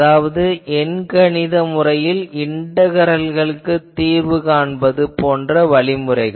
அதாவது எண் கணித முறையில் இன்டகரல்களுக்குத் தீர்வு காண்பது போன்ற வழிமுறைகள்